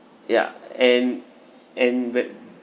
ya and and when